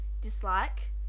dislike